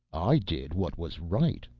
i did what was right,